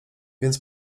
więc